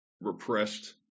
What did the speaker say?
repressed